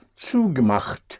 zugemacht